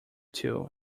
too